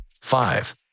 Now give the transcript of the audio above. Five